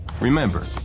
Remember